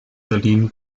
berlin